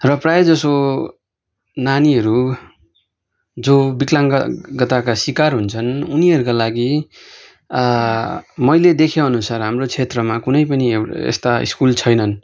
र प्रायःजसो नानीहरू जो विकलाङ्गताका शिकार हुन्छन् उनीहरूका लागि मैले देखेअनुसार हाम्रो क्षेत्रमा कुनै पनि यस्ता स्कुल छैनन्